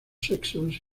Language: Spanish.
sexos